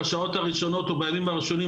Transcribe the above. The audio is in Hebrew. בשעות הראשונות או בימים הראשונים,